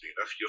enough